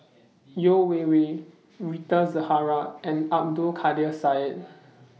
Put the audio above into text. Yeo Wei Wei Rita Zahara and Abdul Kadir Syed